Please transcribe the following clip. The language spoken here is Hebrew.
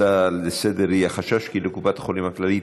הצעות לסדר-היום בנושא: החשש ש לקופת החולים כללית